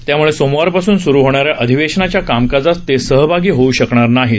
त्यामुळे सोमवार पासून सुरू होणाऱ्या अदिवेशनाच्या कामकाजात ते सहभागी होऊ शकणार नाहीत